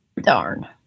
Darn